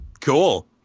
cool